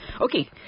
Okay